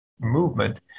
Movement